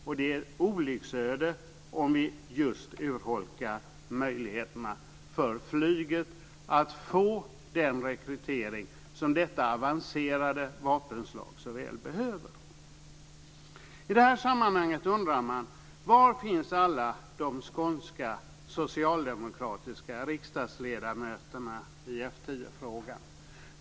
Och det är ett olycksöde om vi urholkar möjligheterna för just flyget att få den rekrytering som detta avancerade vapenslag så väl behöver. I det här sammanhanget undrar man: Var finns alla de skånska socialdemokratiska riksdagsledamöterna i F 10-frågan?